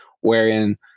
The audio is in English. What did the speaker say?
wherein